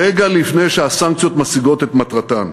רגע לפני שהסנקציות משיגות את מטרתן.